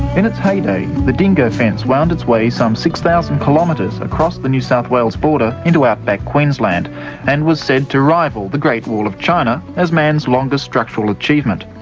in its heyday the dingo fence wound its way some six thousand kilometres across the new south wales border into outback queensland and was said to rival the great wall of china as man's longest structural achievement.